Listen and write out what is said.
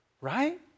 Right